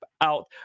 out